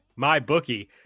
MyBookie